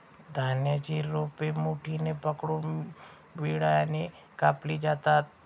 धान्याची रोपे मुठीने पकडून विळ्याने कापली जातात